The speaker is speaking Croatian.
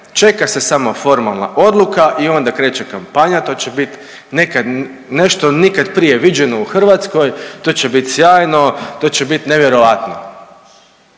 čeka se samo formalna odluka i onda kreće kampanja to će biti nešto nikad prije viđeno u Hrvatskoj, to će biti sjajno, to će biti nevjerojatno.